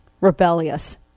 rebellious